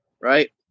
Right